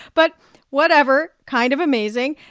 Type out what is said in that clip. but whatever kind of amazing.